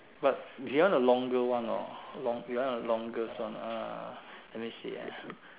but do you want a longer one or you want a longest one ah let me see ah